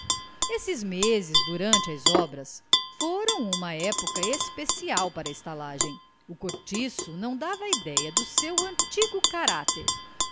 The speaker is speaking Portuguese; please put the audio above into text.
esses meses durante as obras foram uma época especial para a estalagem o cortiço não dava idéia do seu antigo caráter